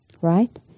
right